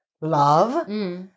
love